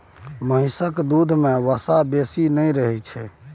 महिषक दूध में वसा बेसी नहि रहइ छै